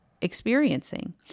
experiencing